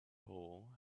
hole